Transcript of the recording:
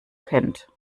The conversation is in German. kennt